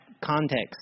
Context